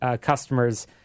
Customers